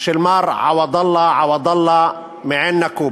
של מר עוודאלה עוודאלה בעין-נקובא.